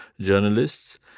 journalists